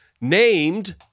named